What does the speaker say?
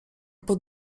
pod